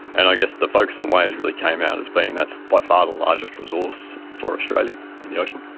and i guess the focus on waves really came out as being that's by far the largest resource for australia in the ocean.